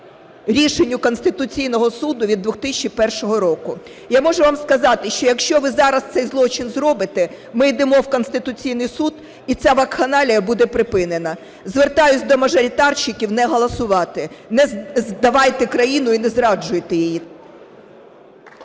рішенню Конституційного Суду від 2001 року. Я можу вам сказати, що якщо ви зараз цей злочин зробите, ми йдемо в Конституційний Суд, і ця вакханалія буде припинена. Звертаюся до мажоритарників не голосувати. Не здавайте країну і не зраджуйте її.